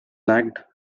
lacked